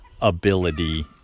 ability